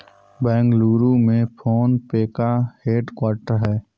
बेंगलुरु में PhonePe का headquarter हैं